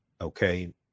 Okay